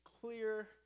clear